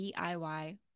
DIY